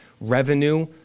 revenue